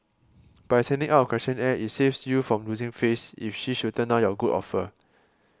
by sending out a questionnaire it saves you from losing face if she should turn down your good offer